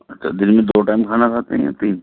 اچھا دِن میں دو ٹائم کھانا کھاتے ہیں یا تین